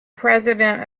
president